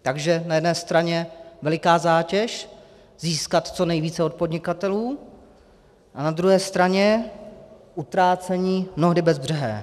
Takže na jedné straně veliká zátěž získat co nejvíce od podnikatelů a na druhé straně utrácení mnohdy bezbřehé.